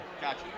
Gotcha